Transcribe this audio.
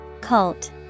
Cult